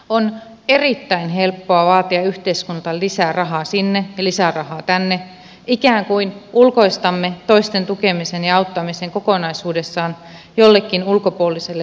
on erittäin helppoa vaatia yhteiskunnalta lisää rahaa sinne ja lisää rahaa tänne ikään kuin ulkoistamme toisten tukemisen ja auttamisen kokonaisuudessaan jollekin ulkopuoliselle ulottuvuudelle